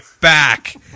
back